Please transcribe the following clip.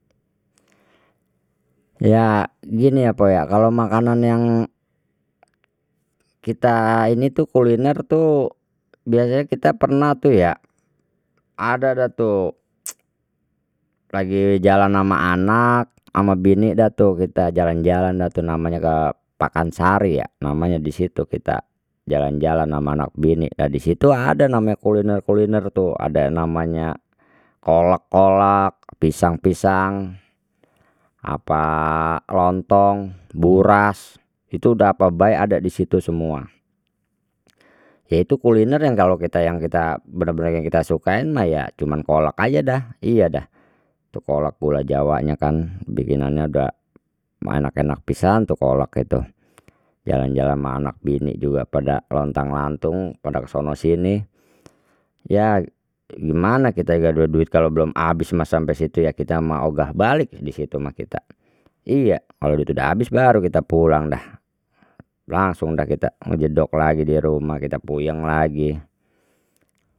Yak gini ya mpok ya kalo makanan yang kita ini tu kuliner tu biasanya kita pernah tu ya ada dah tu lagi jalan ama anak ama bini dah tuh kita jalan- jalan dah tu namanya ke pakansari ya namanya disitu kita jalan-jalan sama anak bini nah di situ ada namanya kuliner- kuliner tuh ada namanya kolak kolak pisang pisang apa lontong buras itu udah apa bae ada di situ semua ya itu kuliner yang kalau kita yang kita bener- bener yang kita sukain mah ya cuman kolek aja dah iya dah tu kolek gula jawanya kan bikinannya dah enak- enak pisan tuh kolak itu jalan- jalan ma anak bini juga pada lontang lantung pada kesono sini ya gimana kita juga duit kalau belum abis mas sampai situ ya kita mah ogah balik disitu mah kita iyak kalau duitnya dah abis baru kita pulang dah langsung dah kita ngejedok lagi dirumah kita puyeng lagi.